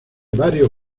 varios